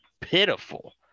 pitiful